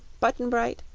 button-bright,